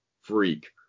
freak